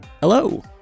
Hello